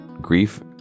Grief